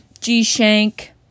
G-Shank